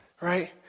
right